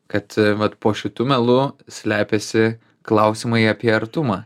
kad vat po šitų melu slepiasi klausimai apie artumą